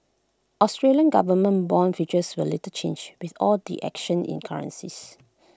Australian government Bond futures were little changed with all the action in currencies